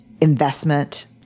investment